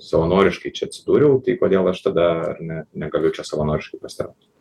savanoriškai čia atsidūriau tai kodėl aš tada ar ne negaliu čia savanoriškai pasitraukt